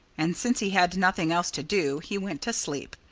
and since he had nothing else to do, he went to sleep.